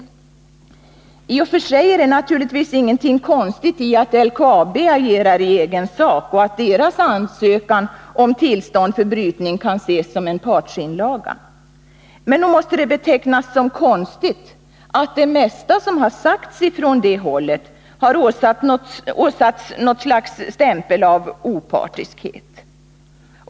I och för sig är det naturligtvis ingenting konstigt i att LKAB agerar i egen sak och att bolagets ansökan om tillstånd till brytning kan ses som en partsinlaga. Men nog måste det betecknas som konstigt att det mesta som har sagts från det hållet har åsatts något slags stämpel av opartiskhet.